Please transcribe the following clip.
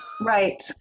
Right